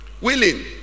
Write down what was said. Willing